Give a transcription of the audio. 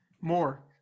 More